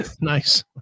Nice